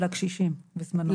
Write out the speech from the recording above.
של הקשישים בזמנו.